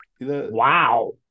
Wow